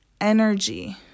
energy